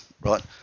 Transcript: right